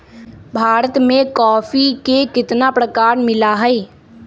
भारत में कॉफी के कितना प्रकार मिला हई?